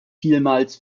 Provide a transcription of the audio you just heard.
vielmals